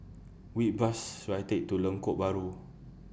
Which Bus should I Take to Lengkok Bahru